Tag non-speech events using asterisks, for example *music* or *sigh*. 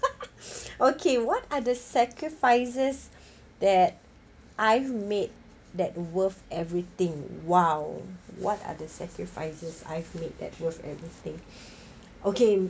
*laughs* okay what are the sacrifices that I've made that worth everything !wow! what are the sacrifices I've made at worth everything okay